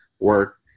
work